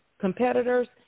competitors